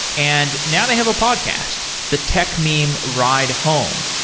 and now they have a podcast, the techmeme ride home.